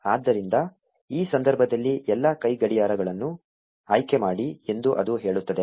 ಆದ್ದರಿಂದ ಈ ಸಂದರ್ಭದಲ್ಲಿ ಎಲ್ಲಾ ಕೈಗಡಿಯಾರಗಳನ್ನು ಆಯ್ಕೆಮಾಡಿ ಎಂದು ಅದು ಹೇಳುತ್ತದೆ